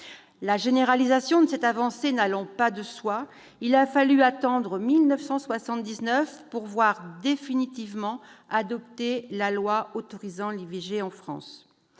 La généralisation de cette avancée n'allant pas de soi, il a fallu attendre 1979 pour voir définitivement adoptée la loi autorisant l'IVG en France.